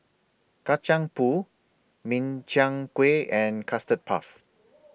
Kacang Pool Min Chiang Kueh and Custard Puff